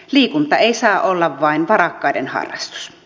liikunta ei saa olla vain varakkaiden harrastus